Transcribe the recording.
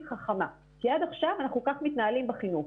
חכמה כי עד עכשיו אנחנו כך מתנהלים בחינוך.